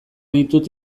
ditut